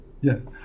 Yes